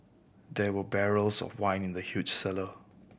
there were barrels of wine in the huge cellar